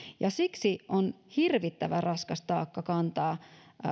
ja siksi on hirvittävän raskas taakka kantaa